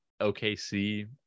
OKC